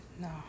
no